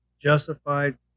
justified